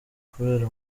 kubera